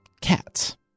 cats